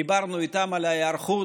דיברנו איתם על ההיערכות,